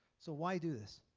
so why do this?